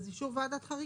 כי זה שוב ועדת חריגים.